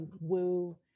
woo